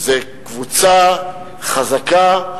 זו קבוצה חזקה,